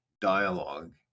dialogue